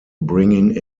bringing